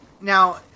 Now